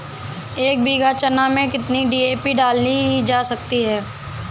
एक बीघा चना में कितनी डी.ए.पी डाली जा सकती है?